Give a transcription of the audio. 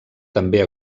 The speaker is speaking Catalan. també